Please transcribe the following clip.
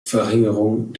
verringerung